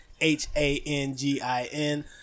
H-A-N-G-I-N